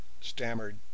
stammered